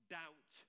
doubt